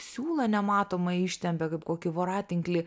siūlą nematomą ištempia kaip kokį voratinklį